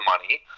money